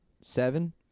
Seven